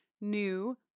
new